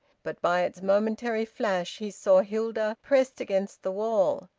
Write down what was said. but by its momentary flash he saw hilda, pressed against the wall.